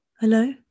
Hello